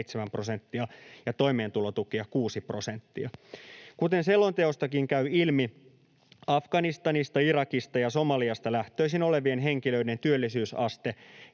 7 prosenttia ja toimeentulotukea 6 prosenttia. Kuten selonteostakin käy ilmi, Afganistanista, Irakista ja Somaliasta lähtöisin olevien henkilöiden työllisyysaste